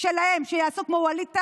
שלהם שיעשו כמו ווליד טאהא,